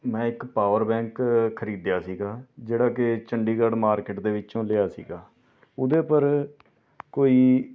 ਮੈਂ ਇੱਕ power bank ਖਰੀਦਿਆ ਸੀਗਾ ਜਿਹੜਾ ਕਿ ਚੰਡੀਗੜ੍ਹ ਮਾਰਕੀਟ ਦੇ ਵਿੱਚੋਂ ਲਿਆ ਸੀਗਾ ਉਹਦੇ ਉੱਪਰ ਕੋਈ